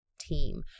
team